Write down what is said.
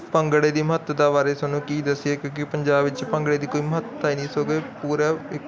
ਭੰਗੜੇ ਦੀ ਮਹੱਤਤਾ ਬਾਰੇ ਸਾਨੂੰ ਕੀ ਦੱਸੀਏ ਕਿਉਂਕਿ ਪੰਜਾਬ ਵਿੱਚ ਭੰਗੜੇ ਦੀ ਕੋਈ ਮਹੱਤਤਾ ਹੀ ਨਹੀਂ ਸੋਗ ਇਹ ਪੂਰਾ ਇੱਕ